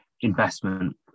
investment